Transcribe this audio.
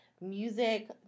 music